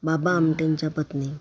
बाबा आमटेंच्या पत्नी